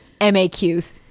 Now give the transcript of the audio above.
MAQs